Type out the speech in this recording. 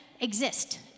exist